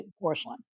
porcelain